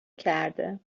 کرده